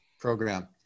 program